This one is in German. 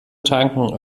tanken